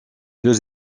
deux